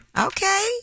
Okay